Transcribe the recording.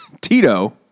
Tito